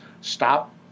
Stop